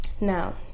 Now